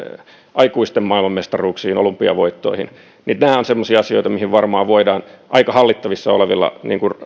aikuisten maailmanmestaruuksiin olympiavoittoihin nämä ovat semmoisia asioita mihin varmaan voidaan aika hallittavissa olevilla